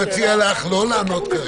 נכון.